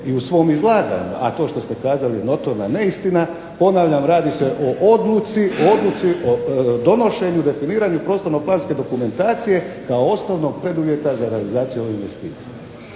i u svom izlaganju, a to što ste kazali je notorna neistina. Ponavljam radi se o odluci, o donošenju, definiranju prostorno-planske dokumentacije kao osnovnog preduvjeta za realizaciju ove investicije.